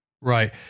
Right